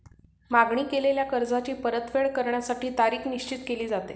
मागणी केलेल्या कर्जाची परतफेड करण्यासाठी तारीख निश्चित केली जाते